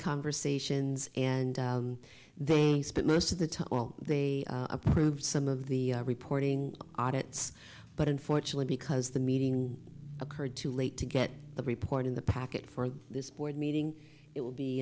conversations and they spent most of the to all they approved some of the reporting audits but unfortunately because the meeting occurred too late to get the report in the packet for this board meeting it will be